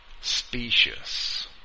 specious